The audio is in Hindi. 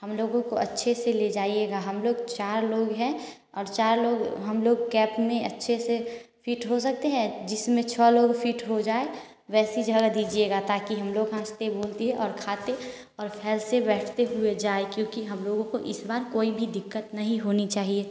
हम लोगों अच्छे से ले जाइएगा हम लोग चार लोग हैं और चार लोग हम लोग कैप में अच्छे से फिट हो सकते हैं जिसमें छः लोग फिट हो जाएँ वैसी जगह दीजिएगा ताकि हम लोग हंसते बोलते और खाते और फैल से बैठते हुए जाएं क्योंकि हम लोगों को हम इस बार कोई भी दिक्कत नहीं होनी चाहिए